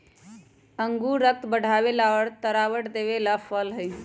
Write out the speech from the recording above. अंगूर रक्त बढ़ावे वाला और तरावट देवे वाला फल हई